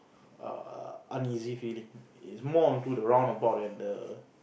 err uneasy feeling it's more onto roundabout and the